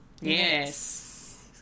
Yes